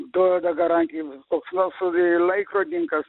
duoda garantiją koks nors i laikrodininkas